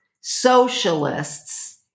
socialists